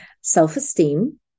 Self-esteem